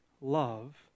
love